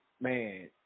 man